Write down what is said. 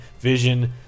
Vision